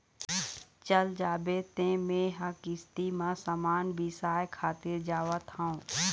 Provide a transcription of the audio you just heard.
चल जाबे तें मेंहा किस्ती म समान बिसाय खातिर जावत हँव